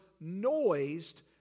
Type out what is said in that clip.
noised